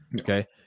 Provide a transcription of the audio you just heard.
okay